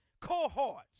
cohorts